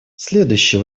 следующий